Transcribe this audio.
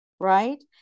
right